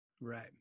Right